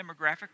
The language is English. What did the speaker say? demographic